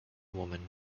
woman